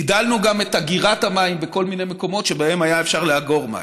הגדלנו גם את אגירת המים בכל מיני מקומות שבהם היה אפשר לאגור מים.